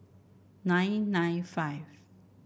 nine nine five